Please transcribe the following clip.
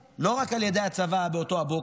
לא רק על ידי הצבא באותו הבוקר,